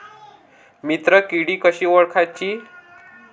मित्र किडी कशी ओळखाची?